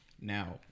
Now